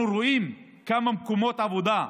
אנחנו רואים כמה מקומות עבודה,